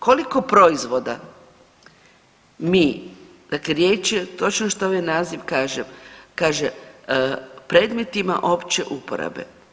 Koliko proizvoda mi, dakle riječ je točno što ovaj naziv kaže, kaže predmetima opće uporabe.